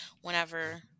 whenever